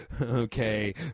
okay